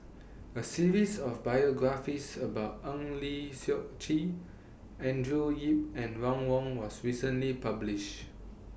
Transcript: A series of biographies about Eng Lee Seok Chee Andrew Yip and Ron Wong was recently published